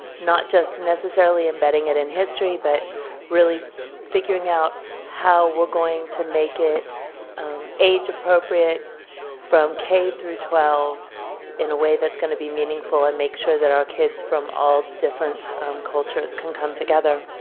not just necessarily embedding it in history, but really figuring out how we are going to make it age-appropriate from k twelve in a way that is going to be meaningful and make sure that our kids from all different cultures can come together.